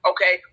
Okay